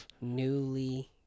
newly